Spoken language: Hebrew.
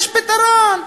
יש פתרון: